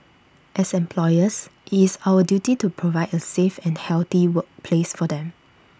as employers IT is our duty to provide A safe and healthy workplace for them